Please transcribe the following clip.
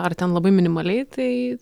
ar ten labai minimaliai tai